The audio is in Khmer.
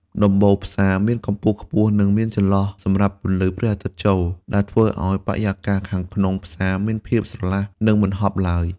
ដំបូលផ្សារមានកម្ពស់ខ្ពស់ និងមានចន្លោះសម្រាប់ពន្លឺព្រះអាទិត្យចូល ដែលធ្វើឱ្យបរិយាកាសខាងក្នុងផ្សារមានភាពស្រឡះ និងមិនហប់ឡើយ។